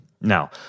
Now